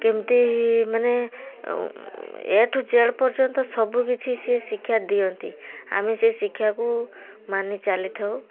କେମିତି ମାନେ ଏ ଠୁ ଜେଡ଼୍ ପର୍ଯ୍ୟନ୍ତ ସବୁ କିଛି ସିଏ ଶିକ୍ଷା ଦିଅନ୍ତି ଆମେ ସେଇ ଶିକ୍ଷାକୁ ମାନି ଚାଲିଥାଉ